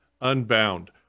Unbound